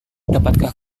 dapatkah